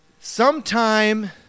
Sometime